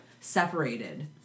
separated